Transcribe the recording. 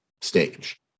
stage